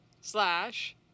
slash